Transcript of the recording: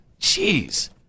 Jeez